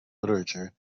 literature